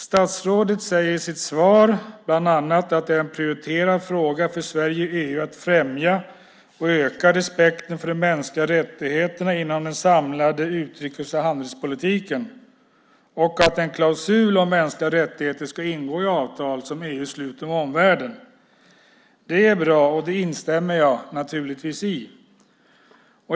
Statsrådet säger bland annat i sitt svar att det är en prioriterad fråga för Sverige och EU att öka de mänskliga rättigheterna inom den samlade utrikes och handelspolitiken och att en klausul om mänskliga rättigheter ska ingå i avtal som EU sluter med omvärlden. Det är bra, och det instämmer jag naturligtvis i.